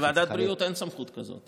בוועדת בריאות אין סמכות כזו.